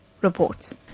reports